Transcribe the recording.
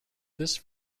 this